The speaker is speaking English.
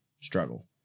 struggle